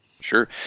Sure